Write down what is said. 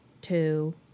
two